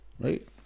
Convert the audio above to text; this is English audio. Right